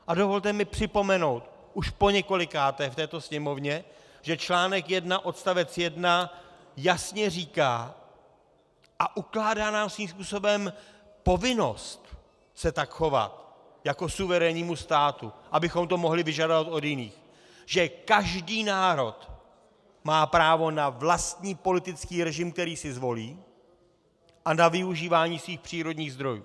A dovolte mi připomenout už poněkolikáté v této Sněmovně, že článek 1 odst. 1 jasně říká a ukládá nám svým způsobem povinnost se tak chovat, jako suverénnímu státu, abychom to mohli vyžadovat od jiných, že každý národ má právo na vlastní politický režim, který si zvolí, a na využívání svých přírodních zdrojů.